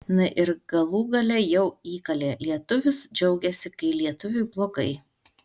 na ir galų gale jau įkalė lietuvis džiaugiasi kai lietuviui blogai